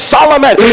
Solomon